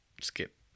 skip